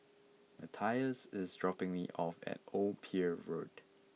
Matthias is dropping me off at Old Pier Road